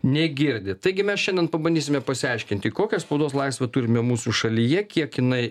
negirdi taigi mes šiandien pabandysime pasiaiškinti kokią spaudos laisvę turime mūsų šalyje kiek jinai